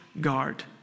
guard